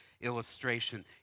illustration